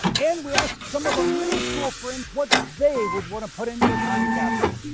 and we asked some of our middle school friends what they would want to put into a time capsule.